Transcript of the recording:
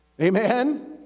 Amen